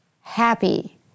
happy